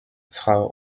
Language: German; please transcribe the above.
frau